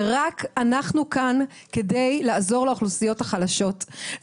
ורק אנחנו כאן כדי לעזור לאוכלוסיות החלשות.